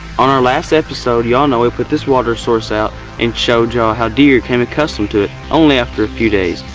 on our last episode y'all know we put this water source out and showed y'all how deer became accustomed to it only after a few days.